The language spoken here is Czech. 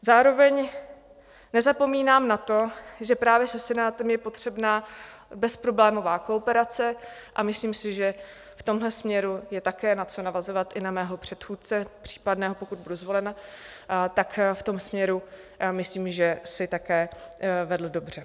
Zároveň nezapomínám na to, že právě se Senátem je potřebná bezproblémová kooperace, a myslím si, že v tomhle směru je také na co navazovat, i na mého předchůdce případného, pokud budu zvolena, tak v tom směru myslím, že si také vedl dobře.